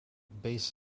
bass